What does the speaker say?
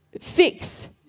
fix